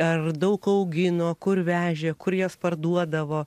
ar daug augino kur vežė kur jas parduodavo